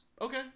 Okay